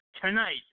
tonight